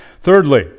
Thirdly